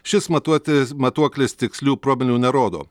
šis matuotis matuoklis tikslių promilių nerodo